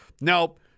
Nope